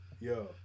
Yo